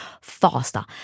faster